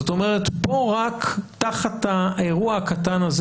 זאת אומרת פה רק תחת האירוע הקטן הזה